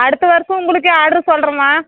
அடுத்த வர்ஷம் உங்களுக்கே ஆர்டர் சொல்லுறம்மா